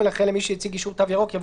אחר כך יש גם משהו דומה שהוא כן עם